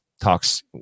talks